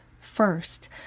first